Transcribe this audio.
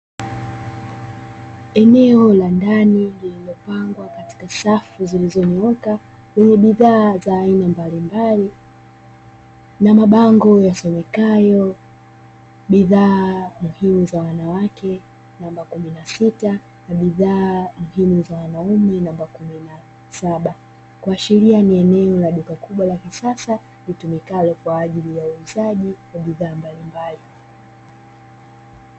Eneo la ndani lililopangwa katika safu zilizonyoka lenye bidhaa za aina mbalimbali na mabango, yasomekayo bidhaa muhimu za wanawake namba kumi na sita na bidhaa muhimu za wanaume namba kumi na saba, kuashiria ni eneo la duka kubwa la kisasa litumikalo kwa ajili ya uuzaji wa bidhaa mbalimbali.